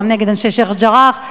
שיח'-ג'ראח",